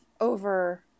over